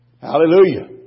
Hallelujah